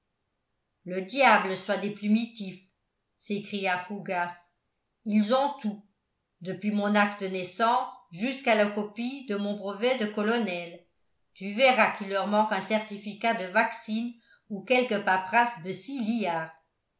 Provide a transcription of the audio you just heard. le diable soit des plumitifs s'écria fougas ils ont tout depuis mon acte de naissance jusqu'à la copie de mon brevet de colonel tu verras qu'il leur manque un certificat de vaccine ou quelque paperasse de